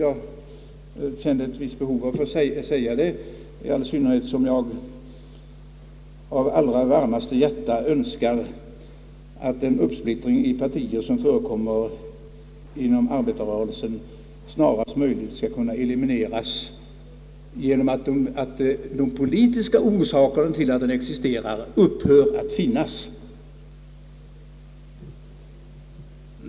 Jag kände ett visst behov att få säga det, i synnerhet som jag av allra varmaste hjärta önskar att den uppsplittring som förekommer av partierna inom arbetarrörelsen snarast möjligt skall kunna elimineras genom att de politiska orsakerna till att den existerar upphör att finnas.